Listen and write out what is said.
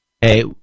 Hey